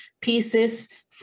pieces